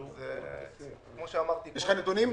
יש לך נתונים?